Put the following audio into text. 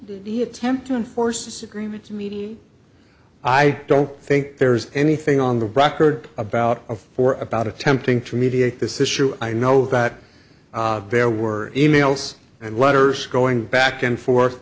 the attempt to enforce this agreement meeting i don't think there's anything on the record about a for about attempting to mediate this issue i know that there were e mails and letters going back and forth